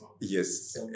Yes